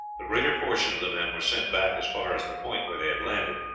the greater portion of the men were sent back as far as the point where they had landed,